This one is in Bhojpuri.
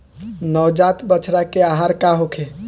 नवजात बछड़ा के आहार का होखे?